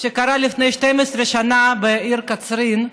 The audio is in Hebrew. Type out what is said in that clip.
שקרה לפני 12 שנה בעיר קצרין.